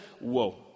whoa